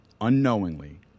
unknowingly